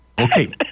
Okay